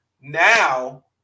Now